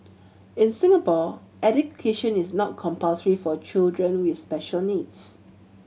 in Singapore education is not compulsory for children with special needs